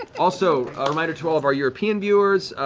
and also, a reminder to all of our european viewers,